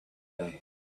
today